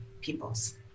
peoples